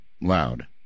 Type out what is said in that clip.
loud